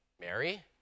Mary